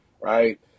right